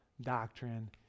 doctrine